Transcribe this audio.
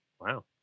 Wow